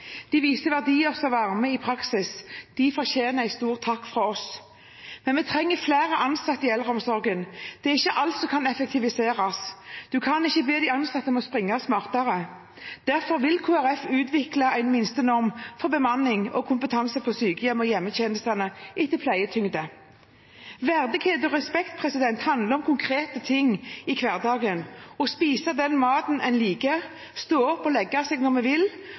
De viser verdier som varmer i praksis. De fortjener en stor takk fra oss. Men vi trenger flere ansatte i eldreomsorgen. Det er ikke alt som kan effektiviseres. Man kan ikke be de ansatte om å springe smartere. Derfor vil Kristelig Folkeparti utvikle en minstenorm for bemanning og kompetanse på sykehjem og i hjemmetjenestene etter pleietyngde. Verdighet og respekt handler om konkrete ting i hverdagen: å spise den maten man liker, stå opp og legge seg når man vil